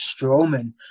Strowman